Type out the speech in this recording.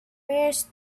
first